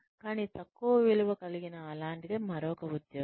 కానీ తక్కువ విలువ కలిగిన అలాంటిదే మరొక ఉద్యోగం